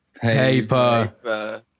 paper